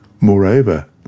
Moreover